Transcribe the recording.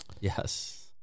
Yes